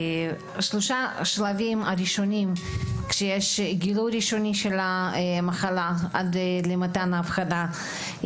שלושת השלבים הראשונים הם גילוי ראשוני של המחלה עד למתן האבחנה,